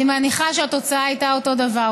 אני מניחה שהתוצאה הייתה אותו דבר.